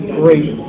great